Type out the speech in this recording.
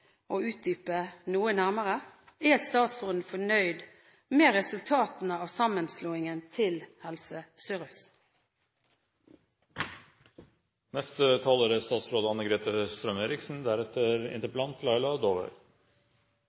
og utdype noe nærmere: Er statsråden fornøyd med resultatene av sammenslåingen til Helse Sør-Øst? Det er